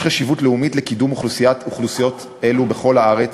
יש חשיבות לאומית לקידום אוכלוסיות אלו בכל הארץ.